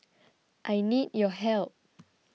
I need your help